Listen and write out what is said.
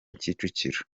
kicukiro